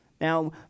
Now